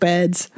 Beds